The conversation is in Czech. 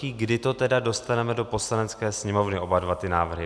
Kdy to tedy dostaneme do Poslanecké sněmovny, oba dva ty návrhy?